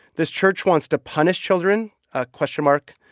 this church wants to punish children a question mark.